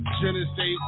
Genesis